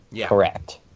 correct